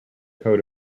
coat